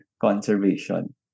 conservation